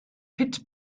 pit